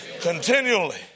Continually